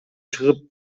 чыгып